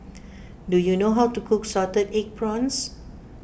do you know how to cook Salted Egg Prawns